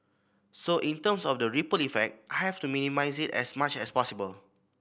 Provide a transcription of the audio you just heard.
so in terms of the ripple effect I have to minimise it as much as possible